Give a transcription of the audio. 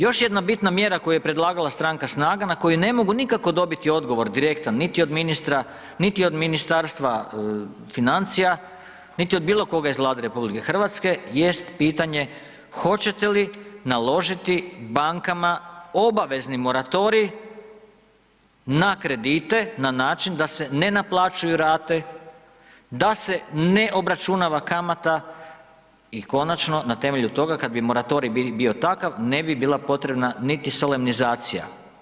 Još jedna bitna mjera koju je predlagala stranka SNAGA na koju ne mogu nikako dobiti direktan odgovor niti od ministra niti od Ministarstva financija, niti od bilo koga iz Vlade RH jest pitanje, hoćete li naložiti bankama obavezni moratorij na kredite na način da se ne naplaćuju rate, da se ne obračunava kamata i konačno na temelju toga kada bi moratorij bio takav ne bi bila potrebna niti solemnizacija.